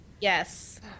Yes